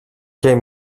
και